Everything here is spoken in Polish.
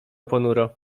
ponuro